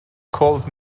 called